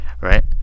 right